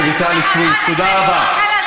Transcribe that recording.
חברת הכנסת רויטל סויד, תודה רבה.